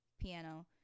piano